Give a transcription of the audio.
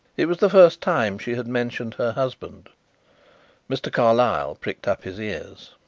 it was the first time she had mentioned her husband mr. carlyle pricked up his ears.